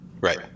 Right